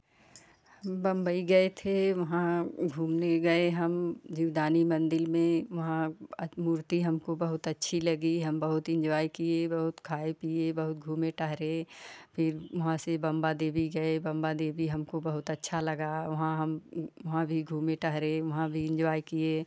बम्बई गए थे वहाँ घूमने गए हम जीवदानी मंदिर में वहाँ अत मूर्ति हमको बहुत अच्छी लगी हम बहुत इंजॉय किए बहुत खाए पीए बहुत घूमे टहरे फिर वहाँ से बंबा देवी गए बंबा देवी हमको बहुत अच्छा लगा वहाँ हम वहाँ भी घूमे टहरे वहाँ भी इंजॉय किए